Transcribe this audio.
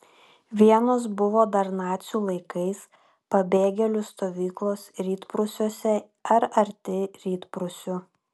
vienos buvo dar nacių laikais pabėgėlių stovyklos rytprūsiuose ar arti rytprūsių